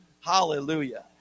hallelujah